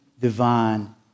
divine